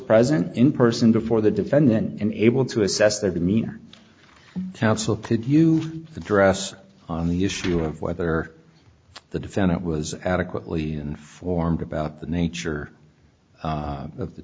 present in person before the defendant and able to assess their demeanor council could you address on the issue of whether the defendant was adequately informed about the nature of the